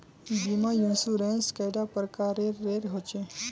बीमा इंश्योरेंस कैडा प्रकारेर रेर होचे